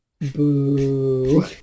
Boo